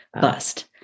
bust